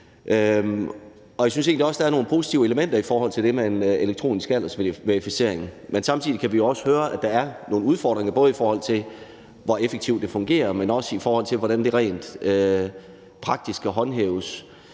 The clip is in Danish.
Jeg synes egentlig også, at der er nogle positive elementer i forhold til det med en elektronisk aldersverificering. Men samtidig kan vi også høre, at der er nogle udfordringer, både i forhold til hvor effektivt det fungerer, men også i forhold til hvordan det rent praktisk kan håndhæves.